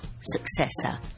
successor